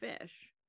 Fish